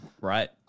Right